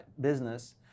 business